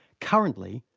currently,